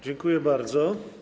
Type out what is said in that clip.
Dziękuję bardzo.